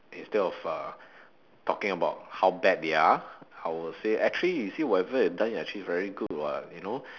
instead of uh talking about how bad they are I will say actually you see whatever you have done you are actually very good [what] you know